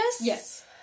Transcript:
Yes